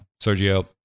Sergio